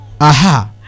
Aha